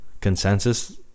consensus